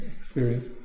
experience